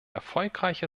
erfolgreiche